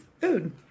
food